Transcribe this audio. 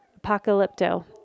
apocalypto